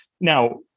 Now